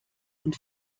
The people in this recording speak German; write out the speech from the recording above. und